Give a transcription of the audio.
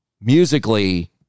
musically